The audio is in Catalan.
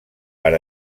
per